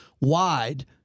wide